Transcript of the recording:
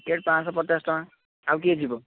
ticket ପାଞ୍ଚ ଶହ ପଚାଶ ଟଙ୍କା ଆଉ କିଏ ଯିବ